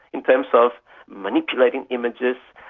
in terms of manipulating images,